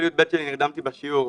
כל י"ב שלי נרדמתי בשיעור,